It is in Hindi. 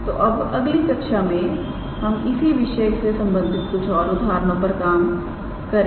तो अब अगली कक्षा में हम इसी विषय से संबंधित कुछ और उदाहरणों पर काम करें